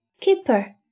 Keeper